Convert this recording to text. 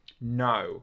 No